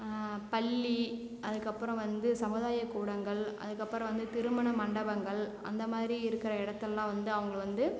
பள்ளி அதுக்கு அப்புறம் வந்து சமுதாய கூடங்கள் அதுக்கு அப்பறம் வந்து திருமண மண்டபங்கள் அந்த மாதிரி இருக்கிற இடத்துலலாம் வந்து அவங்கள வந்து